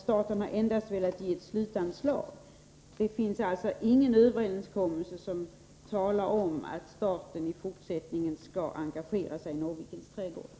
Staten har endast velat ge ett slutanslag. Det finns alltså ingen överenskommelse som talar om att staten i fortsättningen skall engagera sig i Norrvikens trädgårdar.